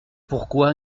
pourquoi